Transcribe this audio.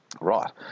Right